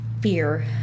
Fear